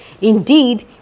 indeed